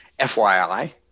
FYI